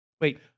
Wait